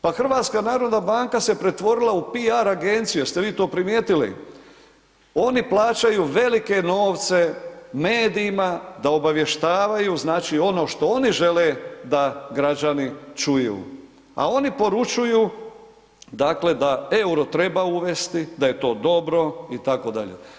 Pa HNB se pretvorila u PR agenciju, jeste vi to primijetili, oni plaćaju velike novce medijima da obavještavaju znači ono što oni žele da građani čuju, a oni poručuju dakle da EUR-o treba uvesti, da je to dobro itd.